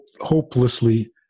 hopelessly